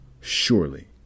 Surely